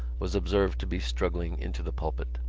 was observed to be struggling into the pulpit.